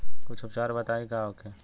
कुछ उपचार बताई का होखे?